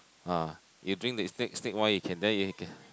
ah you drink the snake snake wine you can then you can